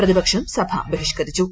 പ്രതിപക്ഷം സഭ ബഹിഷ്കരിച്ചു